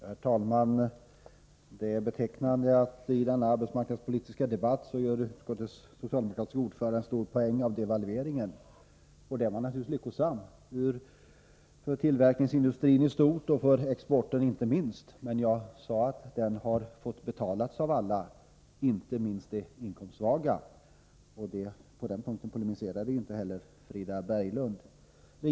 Herr talman! Det är betecknande att utskottets socialdemokratiske talesman i denna arbetsmarknadspolitiska debatt gör en stor poäng av devalveringen. Den var naturligtvis lyckosam för tillverkningsindustrin i stort och inte minst exportindustrin. Men jag sade att den har fått betalas av alla, inte minst de inkomstsvaga — och på den punkten polemiserade inte heller Frida Berglund mot vad jag sade.